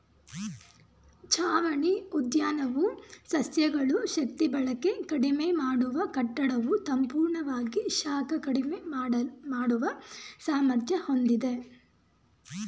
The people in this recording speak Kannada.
ಛಾವಣಿ ಉದ್ಯಾನವು ಸಸ್ಯಗಳು ಶಕ್ತಿಬಳಕೆ ಕಡಿಮೆ ಮಾಡುವ ಕಟ್ಟಡವು ಸಂಪೂರ್ಣವಾಗಿ ಶಾಖ ಕಡಿಮೆ ಮಾಡುವ ಸಾಮರ್ಥ್ಯ ಹೊಂದಿವೆ